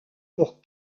pour